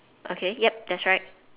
okay yup that's right